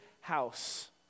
house